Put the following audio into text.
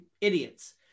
idiots